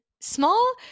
small